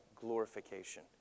Glorification